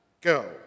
Go